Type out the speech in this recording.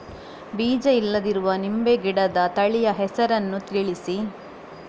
ಬೀಜ ಇಲ್ಲದಿರುವ ನಿಂಬೆ ಗಿಡದ ತಳಿಯ ಹೆಸರನ್ನು ತಿಳಿಸಿ?